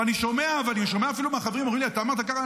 ואני שומע אפילו, החברים אומרים לי: אתה אמרת ככה?